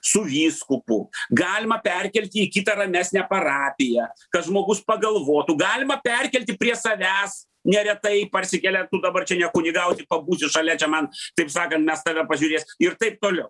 su vyskupu galima perkelti į kitą ramesnę parapiją kad žmogus pagalvotų galima perkelti prie savęs neretai parsikeliant tu dabar čia ne kunigausi pabūsi šalia čia man taip sakant mes tave pažiūrės ir taip toliau